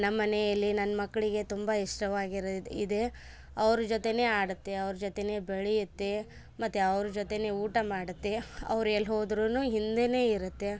ನಮ್ಮನೆಯಲ್ಲಿ ನನ್ನ ಮಕ್ಕಳಿಗೆ ತುಂಬ ಇಷ್ಟವಾಗಿರೋದು ಇದೆ ಅವ್ರ ಜೊತೇನೆ ಆಡುತ್ತೆ ಅವ್ರ ಜೊತೇನೆ ಬೆಳೆಯುತ್ತೆ ಮತ್ತೆ ಅವ್ರ ಜೊತೇನೆ ಊಟ ಮಾಡುತ್ತೆ ಅವ್ರು ಎಲ್ಲಿ ಹೋದ್ರೂ ಹಿಂದೇ ಇರುತ್ತೆ